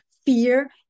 Fear